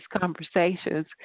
conversations